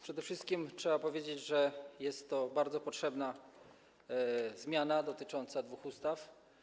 Przede wszystkim trzeba powiedzieć, że jest to bardzo potrzebna zmiana dotycząca dwóch ustaw.